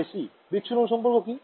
বিচ্ছুরণ সম্পর্ক কি